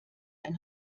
ein